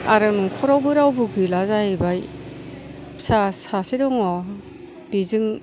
आरो न'खरावबो रावबो गैला जायैबाय फिसा सासे दङ बेजों